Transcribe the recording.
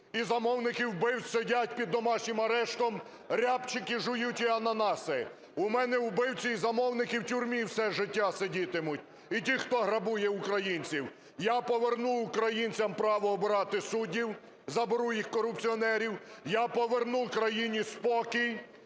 і замовники вбивць сидять під домашнім арештом, рябчиків жують і ананаси. У мене вбивці і замовники у тюрмі все життя сидітимуть і ті, хто грабує українців. Я поверну українцям право обирати суддів, заберу його у корупціонерів. Я поверну країні спокій,